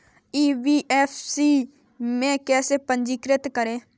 NBFC में कैसे पंजीकृत करें?